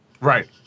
Right